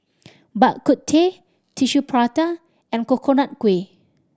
Bak Kut Teh Tissue Prata and Coconut Kuih